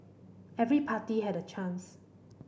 every party had a chance